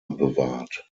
bewahrt